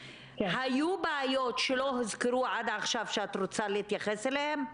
היו בעיות שלא הוזכרו עד עכשיו שאת רוצה להתייחס אליהן?